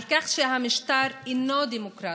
על כך שהמשטר אינו דמוקרטי,